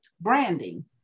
branding